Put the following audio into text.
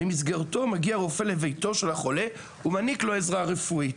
במסגרתו מגיע רופא לביתו של החולה ומעניק לו עזרה רפואית.